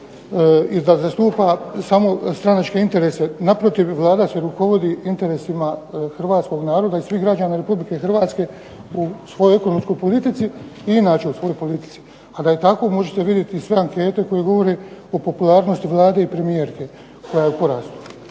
i da zastupa samo stranačke interese. Naprotiv, Vlada se rukovodi interesima hrvatskog naroda i svih građana RH u svojoj ekonomskoj politici i inače u svojoj politici. A da je tako možete vidjeti sve ankete koje govore o popularnosti Vlade i premijerke, koja je u porastu.